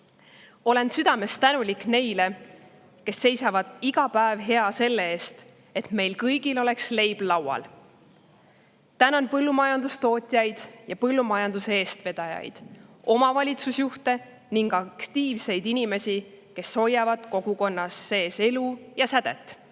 Olen südamest tänulik neile, kes seisavad iga päev hea selle eest, et meil kõigil oleks leib laual. Tänan põllumajandustootjaid ja põllumajanduse eestvedajaid, omavalitsusjuhte ning aktiivseid inimesi, kes hoiavad kogukonnas sees elu ja sädet.